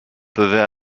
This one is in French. peuvent